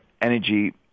Energy